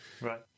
right